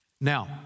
Now